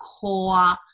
core